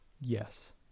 Yes